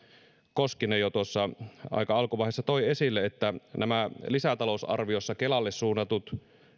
koskinen jo tuossa aika alkuvaiheessa toi esille että nämä lisätalousarviossa kelalle suunnatut